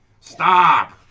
Stop